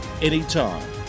anytime